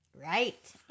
Right